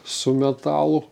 su metalu